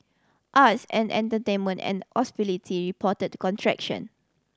arts and entertainment and hospitality reported to contraction